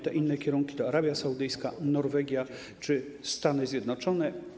Te inne kierunki to Arabia Saudyjska, Norwegia czy Stany Zjednoczone.